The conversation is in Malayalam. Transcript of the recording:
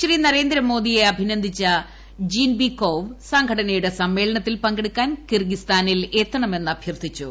ശ്രീ നരേന്ദ്രമോദിയെ അഭിനന്ദിച്ച ജീൻബികോവ് സംഘടനയുടെ സമ്മേളനത്തിൽ പങ്കെടുക്കാൻ കിർഗിസ്ഥാനിൽ എത്തണമെന്ന് അഭ്യർത്ഥിച്ചു